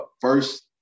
first –